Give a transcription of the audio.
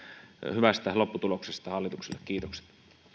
hyvästä lopputuloksesta hallitukselle kiitokset